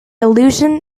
allusion